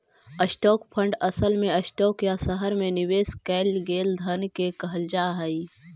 stock fund असल में stock या शहर में निवेश कैल गेल धन के कहल जा हई